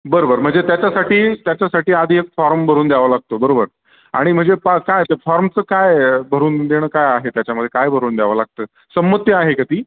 बर बर म्हणजे त्याच्यासाठी त्याच्यासाठी आधी एक फॉर्म भरून द्यावा लागतो बरोबर आणि म्हणजे पा काय ते फॉर्मचं काय भरून देणं काय आहे त्याच्यामध्ये काय भरून द्यावं लागतं संमती आहे का ती